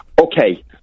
Okay